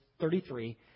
33